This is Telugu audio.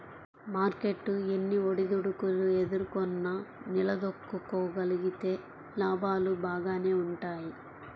మార్కెట్టు ఎన్ని ఒడిదుడుకులు ఎదుర్కొన్నా నిలదొక్కుకోగలిగితే లాభాలు బాగానే వుంటయ్యి